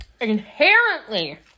Inherently